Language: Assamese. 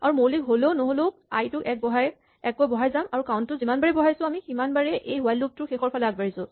আৰু মৌলিক হ'লেও নহ'লেও আই টো এক কৈ বঢ়াই যাম আৰু কাউন্ট টো যিমানবাৰেই বঢ়াইছো আমি সিমানেই এই হুৱাইল লুপ টোৰ শেষৰ ফালে আগবাঢ়িছো